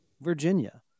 Virginia